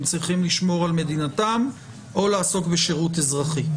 הם צריכים לשמור על מדינתם או לעסוק בשירות אזרחי.